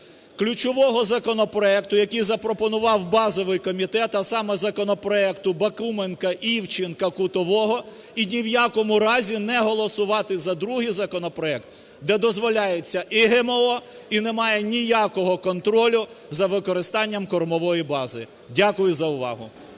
ключового законопроекту, який запропонував базовий комітет, а саме законопроекту Бакуменка, Івченка, Кутового. І ні в якому разі не голосувати за другий законопроект, де дозволяється і ГМО, і немає ніякого контролю за використанням кормової бази. Дякую за увагу.